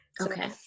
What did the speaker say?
Okay